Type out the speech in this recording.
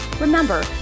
Remember